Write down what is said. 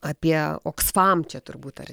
apie oksfam čia turbūt ar